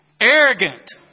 Arrogant